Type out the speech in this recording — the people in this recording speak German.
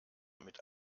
mit